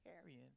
carrying